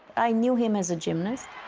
i knew him as a gymnast.